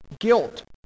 guilt